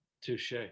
Touche